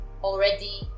already